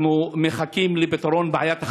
אנחנו מחכים לפתרון בעיית החשמל,